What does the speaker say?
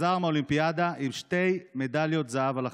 שחזר מהאולימפיאדה עם שתי מדליות זהב על החזה,